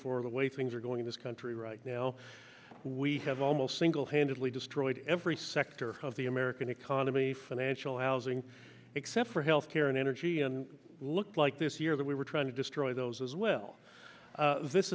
for the way things are going this country right now we have almost single handedly destroyed every sector of the american economy financial housing except for health care and energy and looked like this year that we were trying to destroy those as well this